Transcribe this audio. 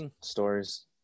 stories